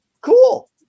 Cool